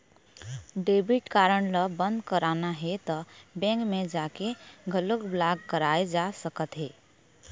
debit card ल बंद कराना हे त बेंक म जाके घलोक ब्लॉक कराए जा सकत हे